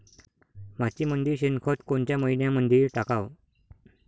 मातीमंदी शेणखत कोनच्या मइन्यामंधी टाकाव?